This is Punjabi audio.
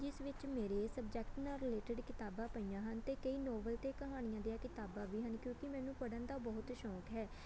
ਜਿਸ ਵਿੱਚ ਮੇਰੇ ਸਬਜੈਕਟ ਨਾਲ ਰਿਲੇਟਡ ਕਿਤਾਬਾਂ ਪਈਆਂ ਹਨ ਅਤੇ ਕਈ ਨੋਵਲ ਅਤੇ ਕਹਾਣੀਆਂ ਦੀਆਂ ਕਿਤਾਬਾਂ ਵੀ ਹਨ ਕਿਉਂਕਿ ਮੈਨੂੰ ਪੜ੍ਹਨ ਦਾ ਬਹੁਤ ਸ਼ੌਂਕ ਹੈ